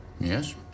Yes